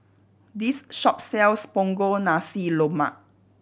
this shop sells Punggol Nasi Lemak